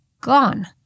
gone